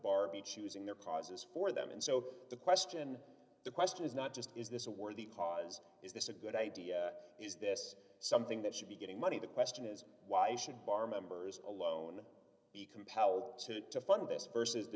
bar be choosing their causes for them and so the question the question is not just is this a worthy cause is this a good idea is this something that should be getting money the question is why should bar members alone be compelled to to fund this versus the